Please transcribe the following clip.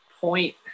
point